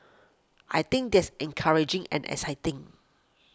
I think that's encouraging and exciting